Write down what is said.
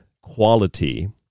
quality